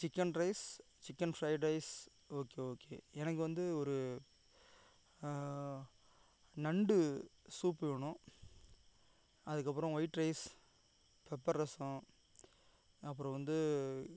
chicken rice chicken fried rice okay okay எனக்கு வந்து ஒரு நண்டு சூப்பு வேணும் அதுக்கப்புறம் வொயிட் ரைஸ் பெப்பர் ரசம் அப்புறம் வந்து